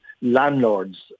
landlords